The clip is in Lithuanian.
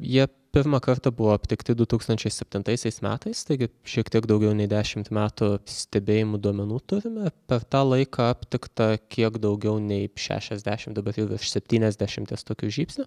jie pirmą kartą buvo aptikti du tūkstančiai septintaisiais metais taigi šiek tiek daugiau nei dešimt metų stebėjimų duomenų turime per tą laiką aptikta kiek daugiau neip šešiasdešimt dabar jau virš septyniasdešimties tokių žybsnių